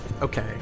Okay